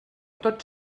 tots